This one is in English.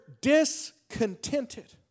discontented